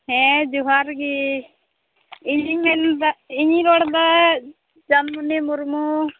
ᱦᱮᱸ ᱡᱚᱦᱟᱨ ᱜᱮ ᱤᱧᱤᱧ ᱢᱮᱱᱮᱫᱟ ᱤᱧᱤᱧ ᱨᱚᱲᱮᱫᱟ ᱪᱟᱸᱫᱽᱢᱩᱱᱤ ᱢᱩᱨᱢᱩ